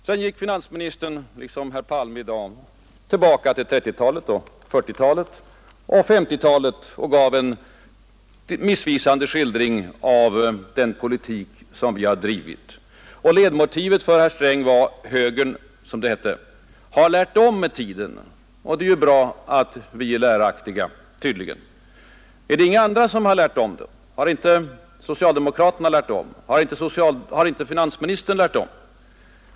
Sedan gick finansministern, liksom herr Palme i dag, tillbaka till 1930-talet, 1940-talet och 1950-talet och gav en missvisande skildring av den politik som vi har drivit. Ledmotivet för herr Sträng var att högern, som det hette, har lärt om med tiden, och det är ju bra att vi tydligen är läraktiga. Är det då inga andra som har lärt om? Har inte socialdemokraterna lärt om, har inte finansministern lärt om?